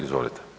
Izvolite.